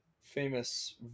famous